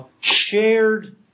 shared